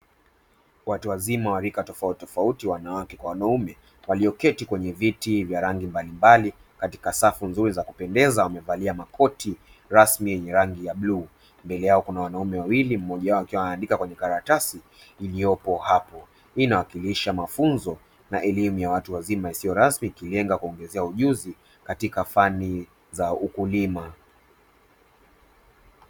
Watu wazima wa rika tofauti tofauti, wanawake, wanaume walioketi kwenye viti vya rangi mbalimbali katika safu nzuri za kupendeza, wamevaa makoti rasmi yenye rangi ya bluu, Mbele yao kuna wanaume wawili, mmoja wao akiwa anaandika kwenye karatasi iliyopo hapa. Hii inawakilisha mafunzo na elimu ya watu wazima isiyo rasmi kujenga kuongezea ujuzi katika fani za ukulima.